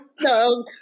No